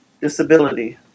disability